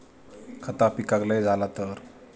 खता पिकाक लय झाला तर?